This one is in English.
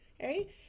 okay